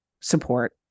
support